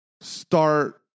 start